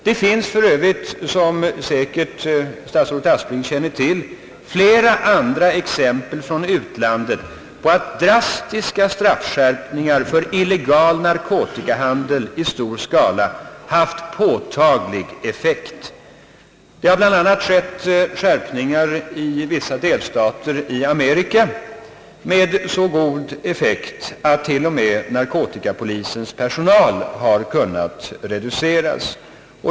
Det finns för övrigt — såsom statsrådet Aspling säkerligen känner till — flera andra exempel från utlandet på att drastiska straffskärpningar för illegal narkotikahandel i stor skala haft påtaglig effekt. Det har bl.a. skett skärpningar i vissa delstater i Amerika med så god effekt att t.o.m. narkotikapolisens personal har kunnat reduceras.